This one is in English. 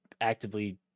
actively